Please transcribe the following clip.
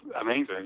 amazing